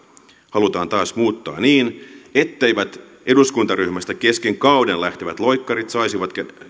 halutaan taas muuttaa niin etteivät eduskuntaryhmästä kesken kauden lähtevät loikkarit saisi